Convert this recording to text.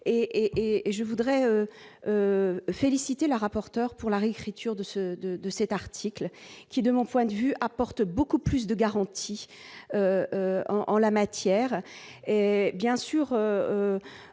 je voudrais féliciter la rapporteur pour la réécriture de ce de de cet article qui, de mon point de vue apporte beaucoup plus de garanties en la matière,